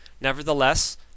Nevertheless